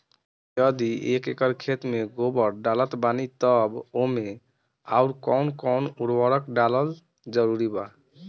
यदि एक एकर खेत मे गोबर डालत बानी तब ओमे आउर् कौन कौन उर्वरक डालल जरूरी बा?